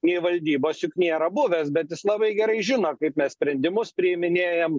nei valdybos juk nėra buvęs bet jis labai gerai žino kaip mes sprendimus priiminėjam